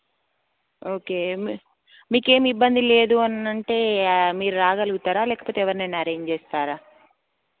okay మీకు మీకేం ఇబ్బంది లేదు అనంటే మీరు రాగలుగుతారా లేకపోతే ఎవరినైనా అరేంజ్ చేస్తారా